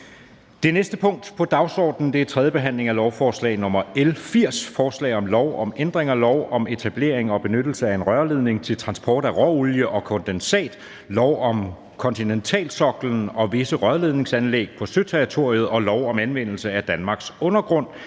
Det næste punkt på dagsordenen er: 18) 3. behandling af lovforslag nr. L 80: Forslag til lov om ændring af lov om etablering og benyttelse af en rørledning til transport af råolie og kondensat, lov om kontinentalsoklen og visse rørledningsanlæg på søterritoriet og lov om anvendelse af Danmarks undergrund.